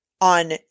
on